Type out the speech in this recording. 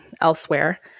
elsewhere